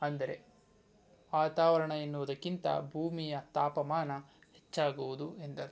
ಅಂದರೆ ವಾತಾವರಣ ಎನ್ನುವುದಕ್ಕಿಂತ ಭೂಮಿಯ ತಾಪಮಾನ ಹೆಚ್ಚಾಗುವುದು ಎಂದರ್ಥ